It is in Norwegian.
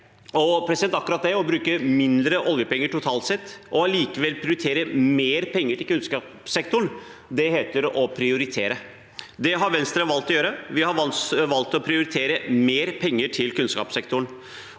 oljepenger. Og akkurat det – å bruke mindre oljepenger totalt sett og allikevel prioritere mer penger til kunnskapssektoren – heter å prioritere. Det har Venstre valgt å gjøre. Vi har valgt å prioritere mer penger til kunnskapssektoren.